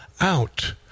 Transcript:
out